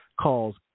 calls